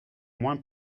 moins